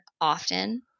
often